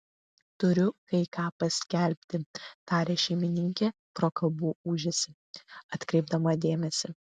turiu kai ką paskelbti tarė šeimininkė pro kalbų ūžesį atkreipdama dėmesį